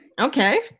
Okay